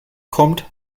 kommt